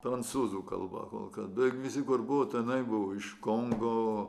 prancūzų kalba kol kada visi buvo tenai buvo iš kongo